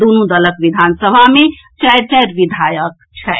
दूनु दलक विधानसभा मे चारि चारि विधायक छथि